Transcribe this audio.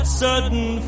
certain